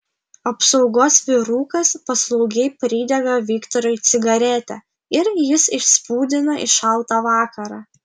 apsaugos vyrukas paslaugiai pridega viktorui cigaretę ir jis išspūdina į šaltą vakarą